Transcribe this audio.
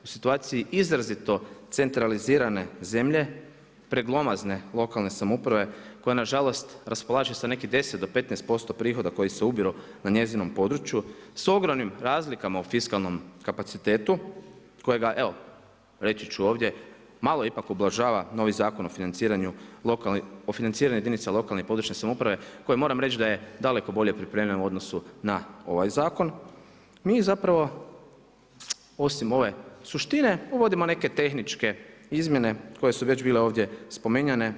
U situaciji izrazito centralizirane zemlje preglomazne lokalne samouprave raspolaže sa nekih 10 do 15% prihoda koji se ubiru na njezinom području sa ogromnim razlikama u fiskalnom kapacitetu kojega evo reći ću ovdje malo ipak ublažava novi Zakon o financiranju jedinica lokalne i područne samouprave koji moram reći da je daleko bolje pripremljen u odnosu na ovaj zakon mi zapravo osim ove suštine uvodimo neke tehničke izmjene koje su već bile ovdje spominjane.